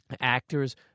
actors